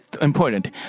important